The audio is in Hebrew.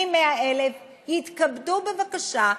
מ-100,000, בבקשה,